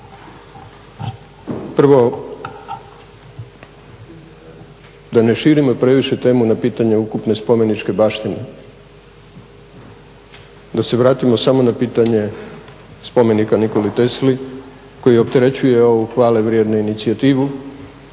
Prvo, da ne širimo previše temeljna pitanja ukupne spomeničke baštine, da se vratimo samo na pitanje spomenika Nikoli Tesli koji opterećuje ovu hvale vrijednu inicijativu